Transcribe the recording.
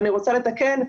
אני רוצה לתקן,